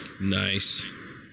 Nice